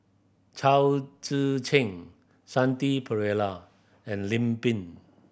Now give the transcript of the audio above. Chao Tzee Cheng Shanti Pereira and Lim Pin